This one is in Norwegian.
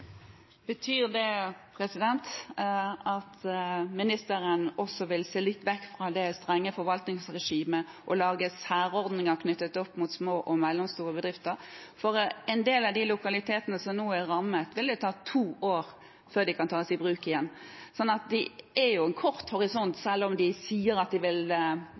Det blir oppfølgingsspørsmål – først Ruth Grung. Betyr det at ministeren også vil se litt vekk fra det strenge forvaltningsregimet og lage særordninger knyttet til små og mellomstore bedrifter? Når det gjelder en del av de lokalitetene som nå er rammet, vil det ta to år før de kan tas i bruk igjen, så det er jo en kort horisont.